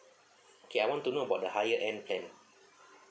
okay I want to know about the higher end plan